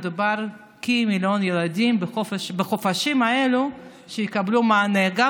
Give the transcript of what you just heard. מדובר בכמיליון ילדים שיקבלו מענה בחופשים האלה,